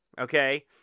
okay